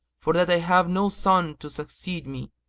for that i have no son to succeed me.